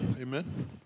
Amen